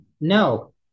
No